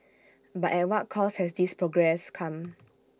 but at what cost has this progress come